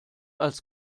als